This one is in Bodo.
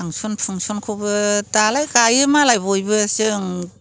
फांशन फुंशनखौबो दालाय गायो मालाय बयबो जों